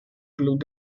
club